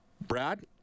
Brad